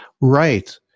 Right